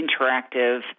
interactive